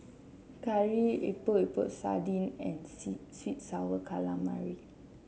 curry Epok Epok Sardin and sour calamari